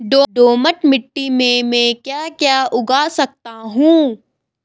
दोमट मिट्टी में म ैं क्या क्या उगा सकता हूँ?